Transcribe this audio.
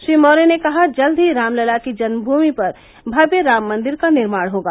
श्री मौर्या ने कहा जल्द ही राम लला की जन्मभूमि पर भव्य राम मंदिर का निर्माण होगा